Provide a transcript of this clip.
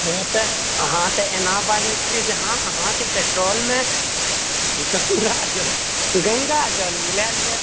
हऽ तऽ अहाँ तऽ एना बाजै छिऐ जेना अहाँ अहाँकेँ पेट्रोलमे गङ्गाजल गङ्गाजल मिलाएल यऽ